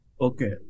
Okay